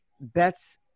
bets